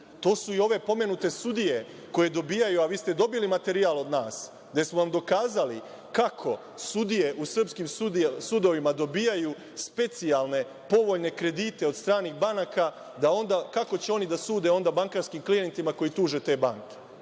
To su i ove pomenute sudije koje dobijaju, a vi ste dobili materijal od nas, gde smo vam dokazali kako sudije u srpskim sudovima dobijaju specijalne, povoljne kredite od stranih banaka, kako će oni da sude onda bankarskim klijentima koji tuže te banke?